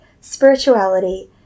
spirituality